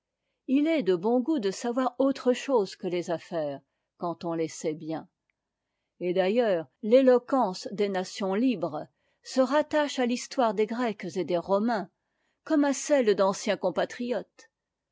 il est de bon goût de savoir autre chose que les affaires quand on le sait bien et d'ailleurs l'éloquence des nations libres se rattache à l'histoire des grecs et des romains comme à celle d'anciens compatriotes